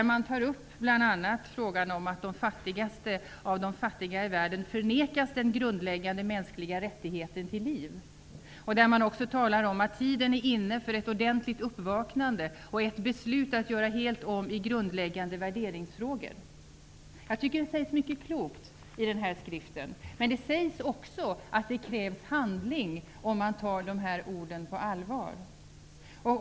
Man tar bl.a. upp frågan om att de fattigaste av de fattiga i världen förvägras den grundläggande mänskliga rättigheten till liv. Man talar också om att tiden är inne för ett ordentligt uppvaknande och ett beslut om att göra helt om i grundläggande värderingsfrågor. Det sägs mycket som är klokt i brevet, men det sägs också att det krävs handling om man skall ta orden på allvar.